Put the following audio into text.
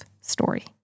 story